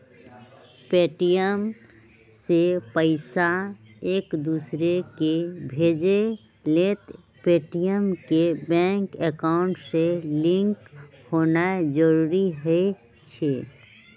Paytm से पईसा एकदोसराकेँ भेजे लेल पेटीएम के बैंक अकांउट से लिंक होनाइ जरूरी होइ छइ